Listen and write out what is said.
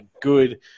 good